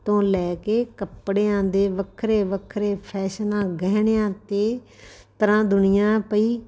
ਤੋਂ ਲੈ ਕੇ ਕੱਪੜਿਆਂ ਦੇ ਵੱਖਰੇ ਵੱਖਰੇ ਫੈਸ਼ਨਾਂ ਗਹਿਣਿਆਂ 'ਤੇ ਪਰਾ ਦੁਨੀਆ ਪਈ